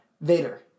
Vader